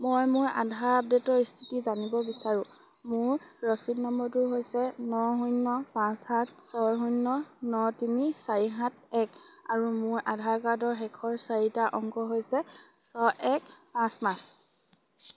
মই মোৰ আধাৰ আপডেটৰ স্থিতি জানিব বিচাৰোঁ মোৰ ৰচিদ নম্বৰটো হৈছে ন শূন্য পাঁচ সাত ছয় শূন্য ন তিনি চাৰি সাত এক আৰু মোৰ আধাৰ কাৰ্ডৰ শেষৰ চাৰিটা অংক হৈছে ছয় এক পাঁচ পাঁচ